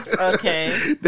okay